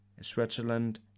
switzerland